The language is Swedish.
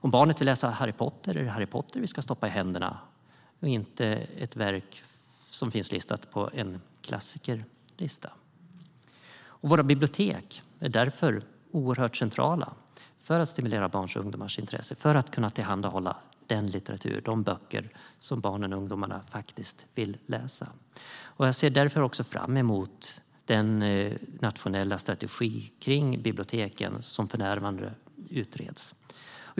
Om barnet vill läsa Harry Potter är det Harry Potter vi ska sätta i händerna på det och inte ett verk som finns listat på en klassikerlista. Våra bibliotek är därför centrala för att stimulera barns och ungdomars intresse och tillhandahålla de böcker som barn och ungdomar vill läsa. Jag ser fram emot den nationella strategi för biblioteken som för närvarande utreds.